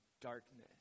darkness